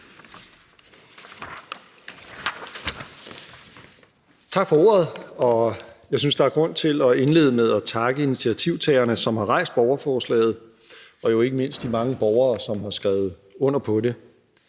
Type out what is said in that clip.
Tak for ordet. Jeg synes, der er grund til at indlede med at takke initiativtagerne, som har stillet borgerforslaget, og jo ikke mindst de mange borgere, som har skrevet under på det.